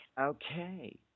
Okay